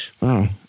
Wow